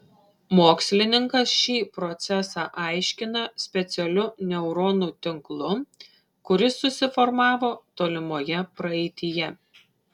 mokslininkas šį procesą aiškina specialiu neuronų tinklu kuris susiformavo tolimoje praeityje